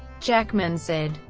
jackman said,